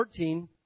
14